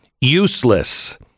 useless